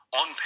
on